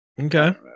Okay